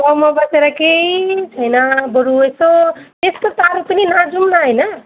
गाउँमा बसेर केही छैन बरु यसो यस्तो टाढो पनि नजाऔँ न होइन